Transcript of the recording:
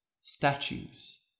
statues